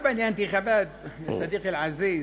(אומר דברים בשפה הערבית,